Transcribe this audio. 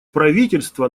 правительство